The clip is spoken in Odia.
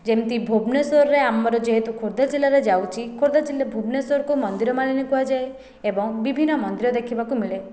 ଯେମିତି ଭୁବନେଶ୍ୱରରେ ଆମର ଯେହେତୁ ଖୋର୍ଦ୍ଧା ଜିଲ୍ଲାରେ ଯାଉଛି ଖୋର୍ଦ୍ଧା ଜିଲ୍ଲା ଭୁବନେଶ୍ୱରକୁ ମନ୍ଦିର ମାଳିନୀ କୁହାଯାଏ ଏବଂ ବିଭିନ୍ନ ମନ୍ଦିର ଦେଖିବାକୁ ମିଳେ